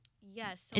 Yes